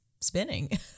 spinning